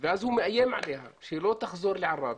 ואז הוא מאיים עליה שהיא לא תחזור לעראבה,